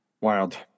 Wild